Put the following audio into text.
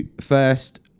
first